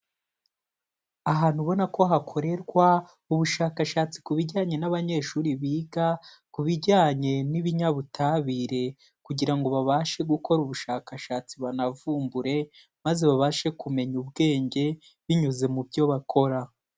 Ahantu ubona ko hakorerwa ubushakashatsi ku bijyanye n'abanyeshuri biga ku bijyanye n'ibinyabutabire kugira ngo babashe gukora ubushakashatsi banavumbure, maze babashe kumenya ubwenge binyuze mu byo bakora.